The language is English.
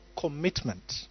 commitment